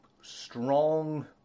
strong